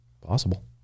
possible